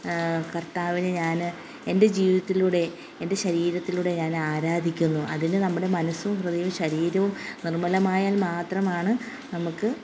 കർത്താവിനെ ഞാൻ എൻ്റെ ജീവിതത്തിലൂടെ എൻ്റെ ശരീരത്തിലൂടെ ഞാൻ ആരാധിക്കുന്നു അതിന് നമ്മുടെ മനസും ഹൃദയവും ശരീരവും നിർമ്മലമായാൽ മാത്രമാണ് നമ്മൾക്ക്